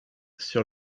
sur